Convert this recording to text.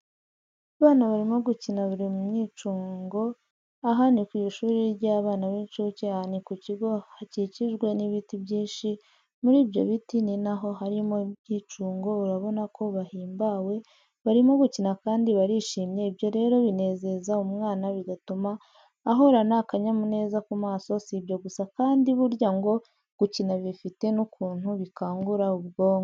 Bana barimo gukina bari mumyicungoaha nikwishuri ry,abana bincuke aha nikukigo hakikijwe nibiti byinshi muribyobiti ninaho harimo imyicunfo urabona ko bahimbawe barimo gukina kandi barishimye ibyo rero binezeza umwana bigatuma ahorana akanyamuneza kumaso sibyo gusa kandi burya ngo gukina bifite nukuntu bikangura ubwonko.